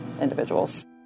individuals